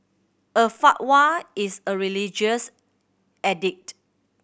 a fatwa is a religious